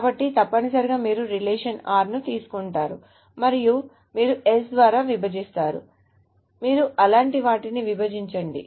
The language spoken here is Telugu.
కాబట్టి తప్పనిసరిగా మీరు రిలేషన్ r ను తీసుకుంటారు మరియు మీరు s ద్వారా విభజిస్తారు మీరు అలాంటి వాటిని విభజించండి